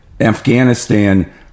Afghanistan